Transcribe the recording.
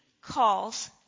calls